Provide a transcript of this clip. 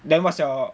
then what's your